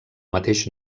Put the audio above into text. mateix